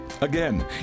Again